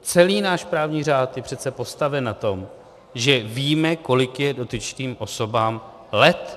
celý náš právní řád je přece postaven na tom, že víme, kolik je dotyčným osobám let.